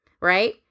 right